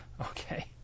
okay